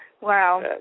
Wow